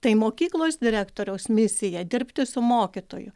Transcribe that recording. tai mokyklos direktoriaus misija dirbti su mokytoju